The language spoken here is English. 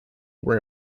were